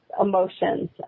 emotions